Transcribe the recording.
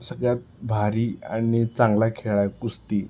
सगळ्यात भारी आणि चांगला खेळ आहे कुस्ती